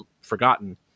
forgotten